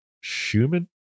Schumann